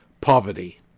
poverty